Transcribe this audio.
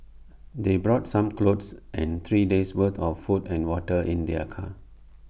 they brought some clothes and three days' worth of food and water in their car